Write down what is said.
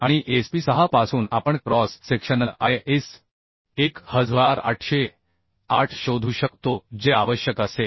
आणि SP 6 पासून आपण क्रॉस सेक्शनल IS 1808 शोधू शकतो जे आवश्यक असेल